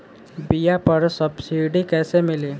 बीया पर सब्सिडी कैसे मिली?